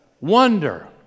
wonder